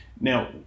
Now